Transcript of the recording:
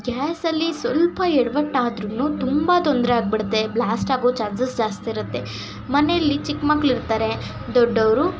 ಗ್ಯಾಸಲ್ಲಿ ಸ್ವಲ್ಪ ಎಡ್ವಟ್ಟಾದ್ರು ತುಂಬ ತೊಂದರೆ ಆಗಿಬಿಡತ್ತೆ ಬ್ಲ್ಯಾಸ್ಟ್ ಆಗೋ ಚಾನ್ಸಸ್ ಜಾಸ್ತಿ ಇರುತ್ತೆ ಮನೆಯಲ್ಲಿ ಚಿಕ್ಕ ಮಕ್ಳು ಇರ್ತಾರೆ ದೊಡ್ಡವರು